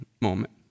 moment